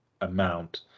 amount